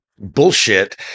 bullshit